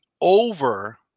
over